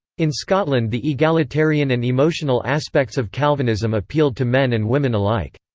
in scotland the egalitarian and emotional aspects of calvinism appealed to men and women alike.